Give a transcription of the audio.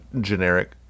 generic